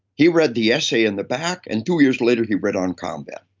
he read the essay in the back, and two years later, he read on combat.